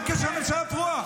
מה הקשר שהממשלה גרועה,